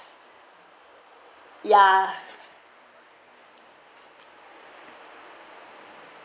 ya